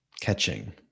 catching